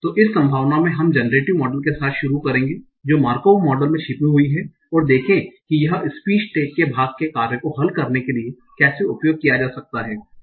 तो इस व्याख्यान में हम जनरेटिव मॉडल के साथ शुरू करेंगे जो मार्कोव मॉडल में छिपी हुई है और देखें कि यह स्पीच टेग के भाग के कार्य को हल करने के लिए कैसे उपयोग किया जा सकता है